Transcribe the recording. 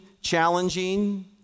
challenging